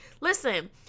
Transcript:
listen